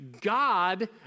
God